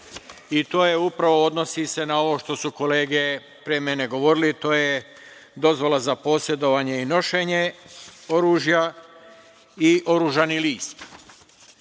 i to se upravo odnosi na ovo što su kolege pre mene govorile, to je dozvola za posedovanje i nošenje oružja i oružani list. Šta